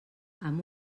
amb